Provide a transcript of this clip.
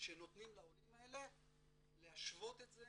שנותנים לעולים האלה ולהשוות את זה